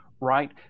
Right